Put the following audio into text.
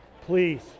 Please